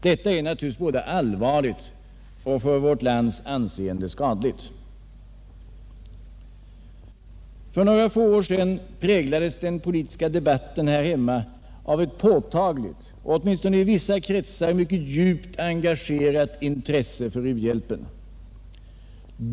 Detta är naturligtvis både allvarligt och skadligt för värt lands anseende. För nägra få är sedan präglades den politiska debatten här hemma av ett pätagligt och åtminstone i vissa kretsar mycket engagerat intresse för u-hjälpen.